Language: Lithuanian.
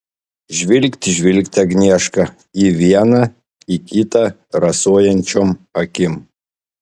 žvilgt žvilgt agnieška į vieną į kitą rasojančiom akim